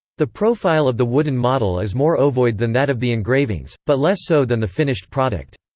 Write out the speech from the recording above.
the profile of the wooden model is more ovoid than that of the engravings, but less so than the finished product.